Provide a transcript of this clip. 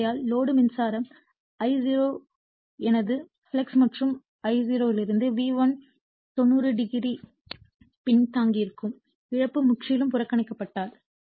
ஆகையால் லோடு மின்சார I0 ஆனது ஃப்ளக்ஸ் மற்றும் I0 இலிருந்து V1 90o பின்தங்கியிருக்கும் இழப்பு முற்றிலும் புறக்கணிக்கப்பட்டால்